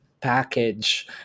package